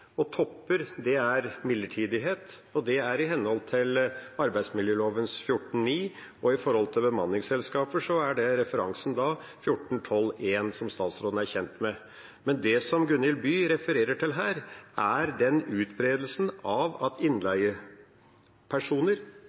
i. Topper er midlertidighet, og det er i henhold til arbeidsmiljøloven § 14-9. Når det gjelder bemanningsselskaper, er referansen § 14-12 , som statsråden er kjent med. Men det som Eli Gunhild By refererer til, er utbredelsen av at innleiepersoner